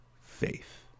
faith